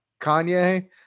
Kanye